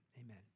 amen